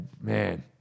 man